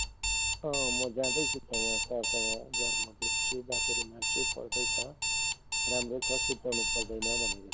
म जाँदैछु त उहाँ सरसँग बिहान म देख्छु बाथरुममा छु पढ्दैछ राम्रै छ सुर्ताउनु पर्दैन भनेको छ